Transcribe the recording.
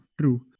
true